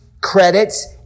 credits